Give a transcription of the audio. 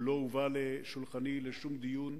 הוא לא הובא לשולחני לשום דיון,